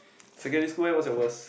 secondary school where was the worst